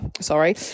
sorry